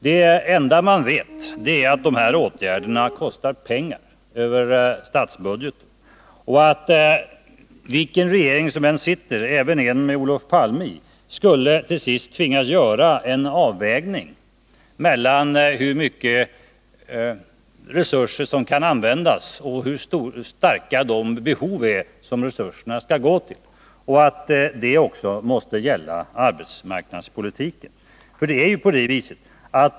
Det enda man vet är att de här åtgärderna kostar pengar över statsbudgeten, och att vilken regering som än sitter — även en med Olof Palme i — till sist skulle tvingas att göra en avvägning mellan hur omfattande resurser inom arbetsmarknadspolitiken som kan användas och hur starka de behov är som resurserna inom arbetsmarknadspolitiken skall gå till.